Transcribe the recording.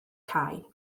cau